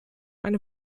eine